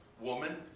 woman